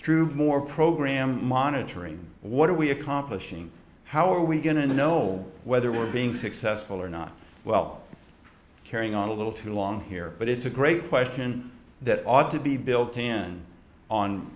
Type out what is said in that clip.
through more program monitoring what are we accomplishing how are we going to know whether we're being successful or not well carrying on a little too long here but it's a great question that ought to be built in on